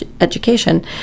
education